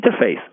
interface